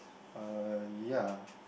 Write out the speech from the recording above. uh ya